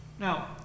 Now